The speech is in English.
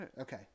Okay